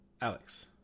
Alex